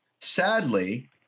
Sadly